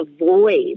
avoid